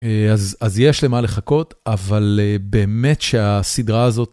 אז יש למה לחכות, אבל באמת שהסדרה הזאת...